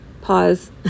Pause